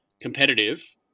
competitive